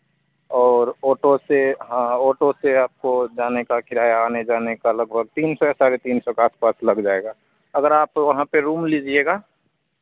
और ऑटो से हाँ ऑटो से आपको जाने का किराया आने जाने का लगभग तीन सौ या साढ़े तीन सौ के आस पास लग जाएगा अगर आप वहाँ पर रूम लीजिएगा